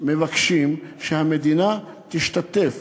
מבקשים שהמדינה תשתתף